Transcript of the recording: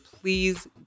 Please